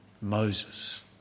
Moses